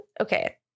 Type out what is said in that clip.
okay